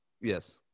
Yes